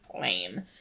lame